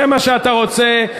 זה מה שאתה רוצה.